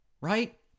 right